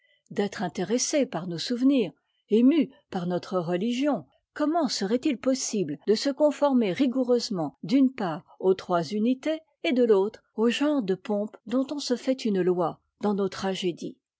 d'être intéressés par nos souvenirs émus par notre religion comment serait-il possible de se conformer rigoureusement d'une part aux trois unités et de l'autre au genre de pompe dont on se fait une loi dans nos tragédies